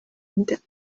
میدهد